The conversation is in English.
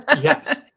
Yes